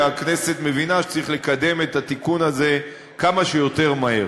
הכנסת מבינה שצריך לקדם את התיקון הזה כמה שיותר מהר.